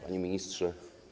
Panie Ministrze!